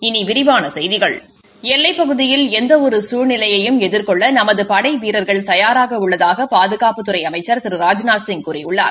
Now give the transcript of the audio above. இனி விரிவான செய்திகள் எல்லைப்பகுதியில் எந்த ஒரு குழ்நியையும் எதிர்கொள்ள நமது படை வீரர்கள் தயாராக உள்ளதாக பாதுகாப்புத்துறை அமைச்சா் திரு ராஜ்நாத்சிங் கூறியுள்ளார்